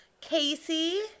Casey